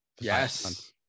Yes